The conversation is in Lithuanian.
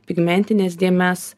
pigmentines dėmes